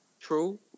True